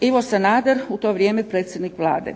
Ivo Sanader, u to vrijeme predsjednik Vlade.